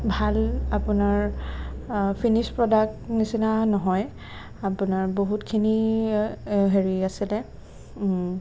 ভাল আপোনাৰ finish product নিচিনা নহয় আপোনাৰ বহুতখিনি হেৰি আছিলে